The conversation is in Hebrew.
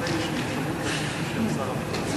ולכן אני משיב בשם שר הביטחון.